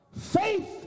Faith